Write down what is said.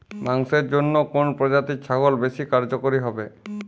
মাংসের জন্য কোন প্রজাতির ছাগল বেশি কার্যকরী হবে?